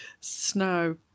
snow